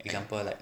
example like